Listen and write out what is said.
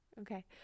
Okay